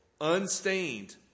unstained